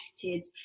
connected